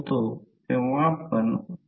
तर ते 0